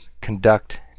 conduct